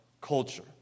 culture